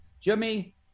Jimmy